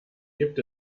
gibt